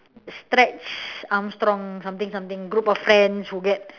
stretch arm strong something something group of friends who get